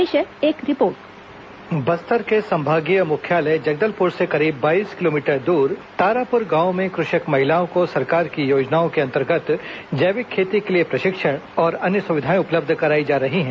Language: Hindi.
पेश है एक रिपोर्ट वाईस ओवर जगदलपुर से बाईस किलोमीटर दूर तारापुर गांव में कृषक महिलाओं को सरकार की योजनाओं के अंतर्गत जैविक खेती के लिए प्रशिक्षण और अन्य सुविधाएं उपलब्ध कराई जा रही हैं